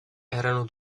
erano